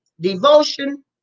devotion